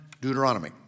Deuteronomy